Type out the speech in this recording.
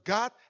God